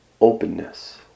openness